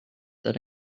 that